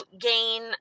gain